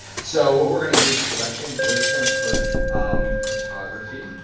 so what we're gonna do is collections, we're just gonna put photography.